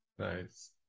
nice